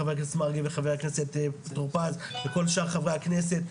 חה"כ מרגי וחה"כ טורפז וכל שאר חברי הכנסת.